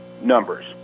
numbers